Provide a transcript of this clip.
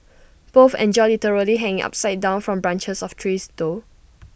both enjoy literally hanging upside down from branches of trees though